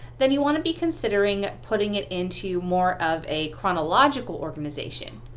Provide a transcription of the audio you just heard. then you want to be considering putting it into more of a chronological organization.